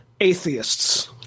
atheists